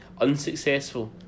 unsuccessful